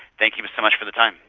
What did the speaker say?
thank you so much for the time